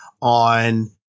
on